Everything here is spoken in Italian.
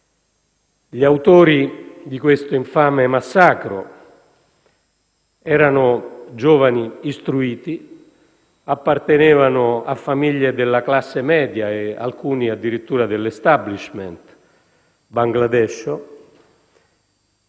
Gli autori di questo infame massacro erano giovani istruiti, appartenevano a famiglie della classe media e alcuni addirittura dell'*establishment* bangladescio,